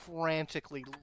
frantically